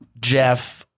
Jeff